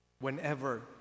whenever